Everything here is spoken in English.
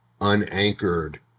unanchored